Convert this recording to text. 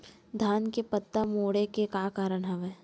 धान के पत्ता मुड़े के का कारण हवय?